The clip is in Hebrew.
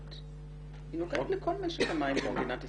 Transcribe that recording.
לחקלאות אלא היא נוגעת לכל משק המים במדינת ישראל.